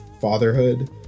fatherhood